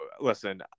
listen